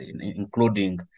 including